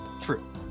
True